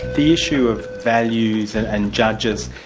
the issue of values and and judges,